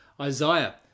Isaiah